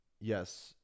Yes